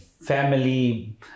family